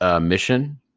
mission